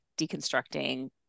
deconstructing